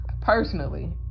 personally